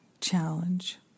Challenge